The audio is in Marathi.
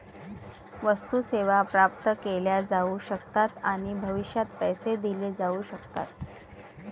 वस्तू, सेवा प्राप्त केल्या जाऊ शकतात आणि भविष्यात पैसे दिले जाऊ शकतात